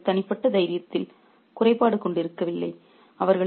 ஆனால் அவர்கள் தனிப்பட்ட தைரியத்தில் குறைபாடு கொண்டிருக்கவில்லை